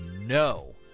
no